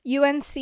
UNC